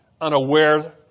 unaware